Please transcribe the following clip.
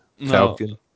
Falcon